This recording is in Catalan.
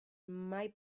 mai